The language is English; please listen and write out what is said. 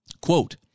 Quote